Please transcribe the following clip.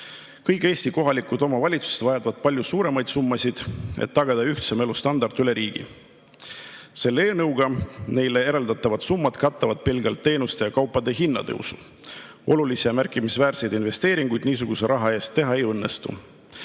Kõik Eesti kohalikud omavalitsused vajavad palju suuremaid summasid, et tagada ühtsem elustandard üle riigi. Selle eelnõuga neile eraldatavad summad katavad pelgalt teenuste ja kaupade hinna tõusu. Olulisi ja märkimisväärseid investeeringuid niisuguse raha eest teha ei õnnestu.